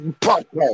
pop